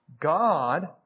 God